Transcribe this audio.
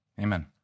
Amen